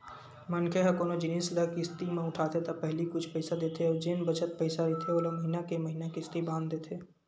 मनखे ह कोनो जिनिस ल किस्ती म उठाथे त पहिली कुछ पइसा देथे अउ जेन बचत पइसा रहिथे ओला महिना के महिना किस्ती बांध देथे